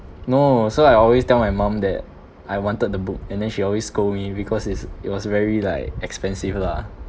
no so I always tell my mum that I wanted the book and then she always scold me because it's it was very like expensive lah